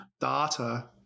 data